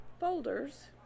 folders